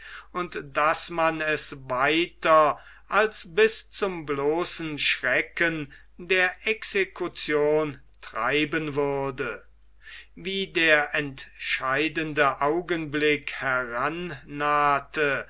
und daß man es weiter als bis zum bloßen schrecken der execution treiben würde wie der entscheidende augenblick